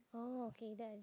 oh okay then I just